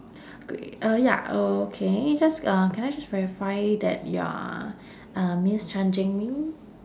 great uh ya uh okay just uh can I just verify that you are uh ms tan jin min